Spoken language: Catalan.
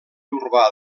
urbà